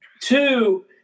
Two